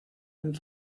and